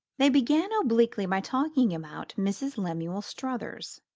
they began, obliquely, by talking about mrs. lemuel struthers.